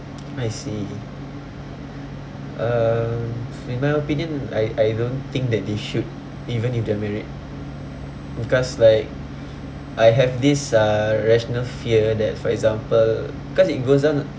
I see uh in my opinion I I don't think that they should even if they're married because like I have this uh rational fear that for example cause it goes on